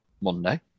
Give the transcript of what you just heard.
Monday